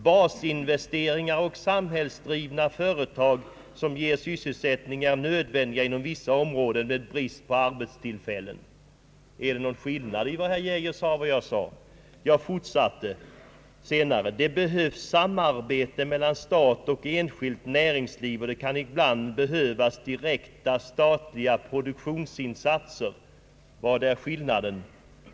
Basinvesteringar och samhällsdrivna företag som ger sysselsättning är nödvändiga inom vissa områden med brist på arbetstillfällen.» Är det någon skillnad mellan vad herr Geijer sade och vad jag sade? Jag fortsatte senare: »Det behövs samarbete mellan stat och enskilt näringsliv och det kan ibland behövas direkta statliga produktionsinsatser.» Vad är skillnaden?